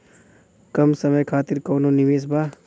कम समय खातिर कौनो निवेश बा?